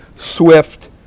swift